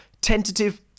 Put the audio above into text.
tentative